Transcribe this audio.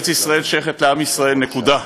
וארץ-ישראל שייכת לעם ישראל, נקודה.